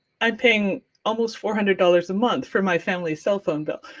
i'm paying almost four hundred dollars a month for my family's cellphone bill,